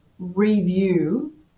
review